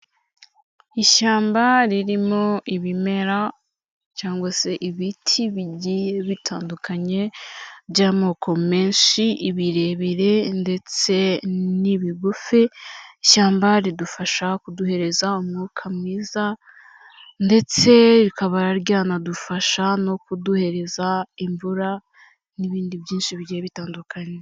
Ishyamba ririmo ibimera cyangwa se ibiti bigiye bitandukanye by'amoko menshi, ibirebire ndetse n'ibigufi, ishyamba ridufasha kuduhereza umwuka mwiza ndetse rikaba ryanadufasha no kuduhereza imvura n'ibindi byinshi bigiye bitandukanye.